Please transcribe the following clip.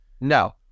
No